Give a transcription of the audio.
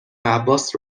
عباس